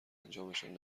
انجامشان